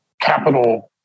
capital